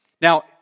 Now